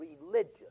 religion